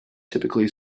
typically